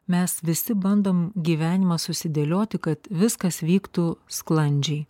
mes visi bandom gyvenimą susidėlioti kad viskas vyktų sklandžiai